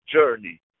journey